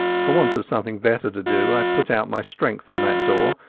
for want of something better to do i put out my strength on that door,